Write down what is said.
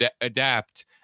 adapt